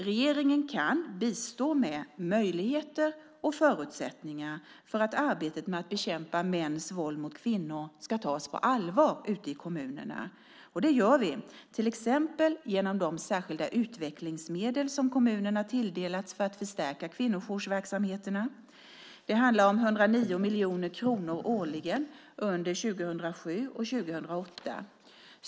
Regeringen kan bistå med möjligheter och förutsättningar för att arbetet med att bekämpa mäns våld mot kvinnor ska tas på allvar ute i kommunerna. Det gör vi, till exempel genom de särskilda utvecklingsmedel som kommunerna tilldelats för att förstärka kvinnojoursverksamheterna. Det handlar om 109 miljoner kronor årligen under 2007 och 2008.